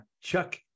Chuck